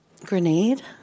Grenade